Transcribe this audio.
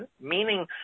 meaning